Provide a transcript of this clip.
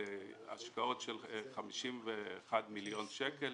השקעות של 51 מיליון שקלים